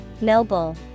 Noble